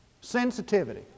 Sensitivity